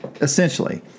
essentially